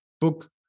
book